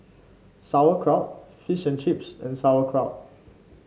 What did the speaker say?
Sauerkraut Fish and Chips and Sauerkraut